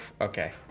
okay